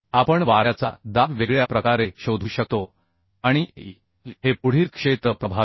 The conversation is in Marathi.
आपण वाऱ्याचा दाब वेगळ्या प्रकारे शोधू शकतो आणिAe हे पुढील क्षेत्र प्रभावी आहे